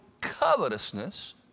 covetousness